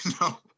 No